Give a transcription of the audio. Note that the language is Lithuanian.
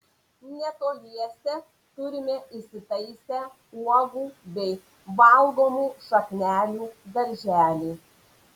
netoliese turime įsitaisę uogų bei valgomų šaknelių darželį